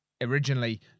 originally